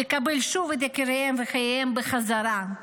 לקבל שוב את יקיריהן וחייהן בחזרה.